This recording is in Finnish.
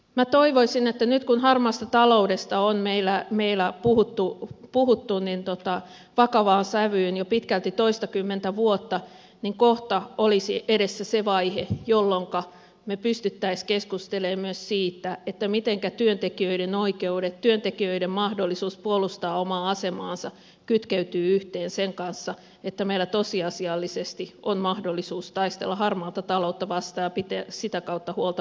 minä toivoisin että nyt kun harmaasta taloudesta on meillä puhuttu vakavaan sävyyn jo pitkälti toistakymmentä vuotta niin kohta olisi edessä se vaihe jolloinka me pystyisimme keskustelemaan myös siitä mitenkä työntekijöiden oikeudet työntekijöiden mahdollisuus puolustaa omaa asemaansa kytkeytyvät yhteen sen kanssa että meillä tosiasiallisesti on mahdollisuus taistella harmaata taloutta vastaan ja pitää sitä kautta huolta veropohjastamme